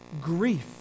grief